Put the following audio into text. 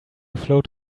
float